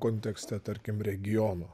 kontekste tarkim regiono